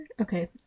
Okay